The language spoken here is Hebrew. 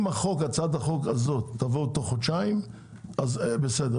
אם הצעת החוק הזאת תבוא תוך חודשיים אז בסדר,